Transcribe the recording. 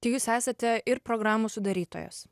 tai jūs esate ir programų sudarytojos